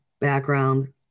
background